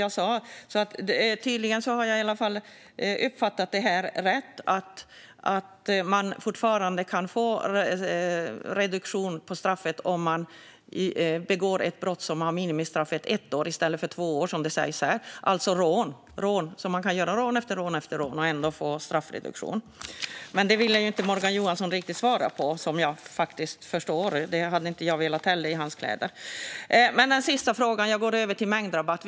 Jag har tydligen uppfattat det rätt. Man kan fortfarande få reduktion på straffet om man begår ett brott för vilket minimistraffet är ett år i stället för två, alltså rån. Man kan begå rån efter rån och ändå få straffreduktion. Men detta vill Morgan Johansson inte riktigt svara på, vilket jag faktiskt förstår. Det hade jag heller inte velat om jag vore i hans kläder. Låt mig gå över till min sista fråga som handlade om mängdrabatt.